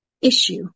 issue